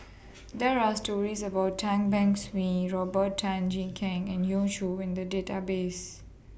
There Are stories about Tan Beng Swee Robert Tan Jee Keng and yon Choo in The Database